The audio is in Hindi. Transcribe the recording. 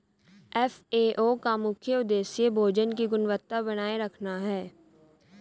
एफ.ए.ओ का मुख्य उदेश्य भोजन की गुणवत्ता बनाए रखना है